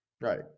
Right